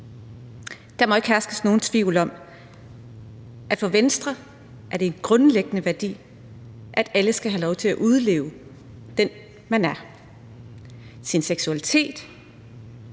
Der må ikke herske nogen tvivl om, at for Venstre er det en grundlæggende værdi, at alle skal have lov til at udleve den, de er, og deres seksualitet